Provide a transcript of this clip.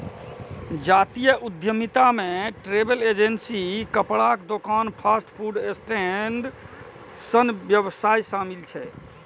जातीय उद्यमिता मे ट्रैवल एजेंसी, कपड़ाक दोकान, फास्ट फूड स्टैंड सन व्यवसाय शामिल छै